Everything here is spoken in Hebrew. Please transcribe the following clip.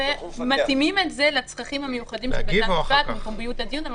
ומתאימים את זה לצרכים המיוחדים של בית המשפט ופומביות הדיון,